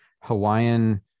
Hawaiian